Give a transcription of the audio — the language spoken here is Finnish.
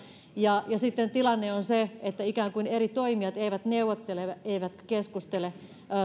ja sitten tilanne on se että eri toimijat eivät ikään kuin neuvottele eivätkä keskustele